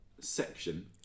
section